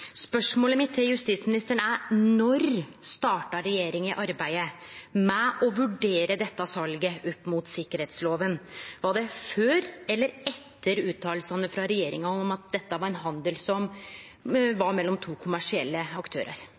Spørsmålet mitt til justisministeren er: Når starta regjeringa arbeidet med å vurdere dette salet opp mot sikkerheitsloven? Var det før eller etter utsegnene frå regjeringa om at dette var ein handel mellom to kommersielle aktørar?